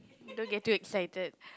don't get too excited